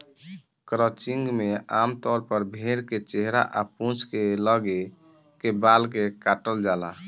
crutching में आमतौर पर भेड़ के चेहरा आ पूंछ के लगे के बाल के काटल जाला